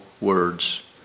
words